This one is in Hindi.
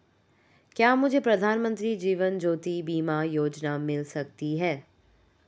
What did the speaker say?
क्या मुझे प्रधानमंत्री जीवन ज्योति बीमा योजना मिल सकती है?